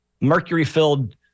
mercury-filled